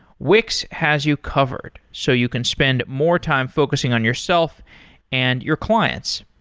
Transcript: wix has you covered, so you can spend more time focusing on yourself and your clients.